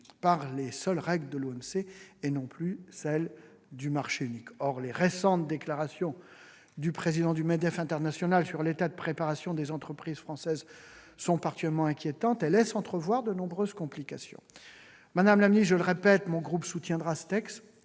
mondiale du commerce, l'OMC, et non plus celles du marché unique. Or les récentes déclarations du président du MEDEF International sur l'état de préparation des entreprises françaises sont particulièrement inquiétantes et laissent entrevoir de nombreuses complications. Je le répète, mon groupe soutiendra ce texte